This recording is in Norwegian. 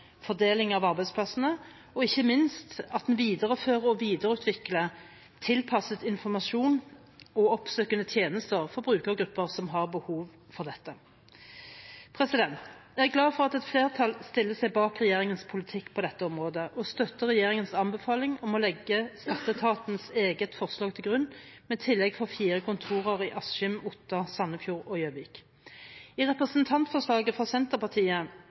fordeling av arbeidsplassene, og ikke minst at en viderefører og videreutvikler tilpasset informasjon og oppsøkende tjenester for brukergrupper som har behov for dette. Jeg er glad for at et flertall stiller seg bak regjeringens politikk på dette området og støtter regjeringens anbefaling om å legge Skatteetatens eget forslag til grunn, med tillegg for fire kontorer i Askim, Otta, Sandefjord og Gjøvik. I representantforslaget fra Senterpartiet